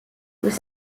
was